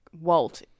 Walt